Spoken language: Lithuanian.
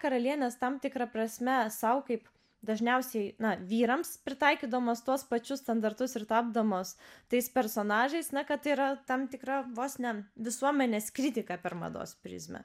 karalienės tam tikra prasme sau kaip dažniausiai vyrams pritaikydamos tuos pačius standartus ir tapdamos tais personažais na kad tai yra tam tikra vos ne visuomenės kritika per mados prizmę